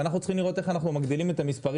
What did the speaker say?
ואנחנו צריכים לראות איך אנחנו מגדילים את המספרים